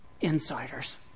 insiders